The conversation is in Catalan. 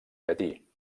llatí